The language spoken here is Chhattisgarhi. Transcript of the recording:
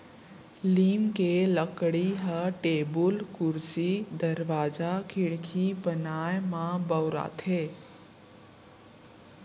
लीम के लकड़ी ह टेबुल, कुरसी, दरवाजा, खिड़की बनाए म बउराथे